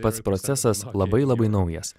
pats procesas labai labai naujas